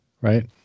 right